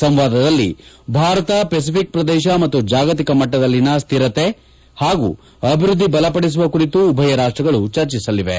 ಸಂವಾದದಲ್ಲಿ ಭಾರತ ಫೆಸಿಫಿಕ್ ಪ್ರದೇಶ ಮತ್ತು ಜಾಗತಿಕ ಮಟ್ಸದಲ್ಲಿನ ಸ್ಹಿರತೆ ಮತ್ತು ಅಭಿವೃದ್ದಿ ಬಲಪಡಿಸುವ ಕುರಿತು ಉಭಯ ರಾಷ್ಟಗಳು ಚರ್ಚಿಸಲಿವೆ